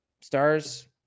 Stars